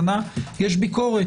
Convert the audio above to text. שנה - יש ביקורת